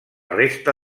resta